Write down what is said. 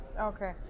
Okay